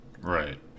Right